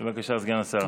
בבקשה, סגן השר.